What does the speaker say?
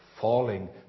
falling